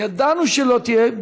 ידענו שלא תהיה,